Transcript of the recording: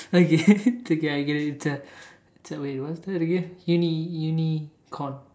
okay okay I get it it's a it's a wait what's that again uni~ unicorn